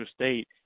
State